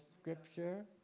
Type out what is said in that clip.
scripture